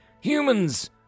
Humans